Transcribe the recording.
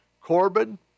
Corbin